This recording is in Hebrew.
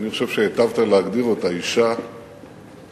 אני חושב שהיטבת להגדיר אותה: אשה טובה